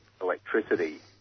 electricity